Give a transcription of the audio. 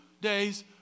days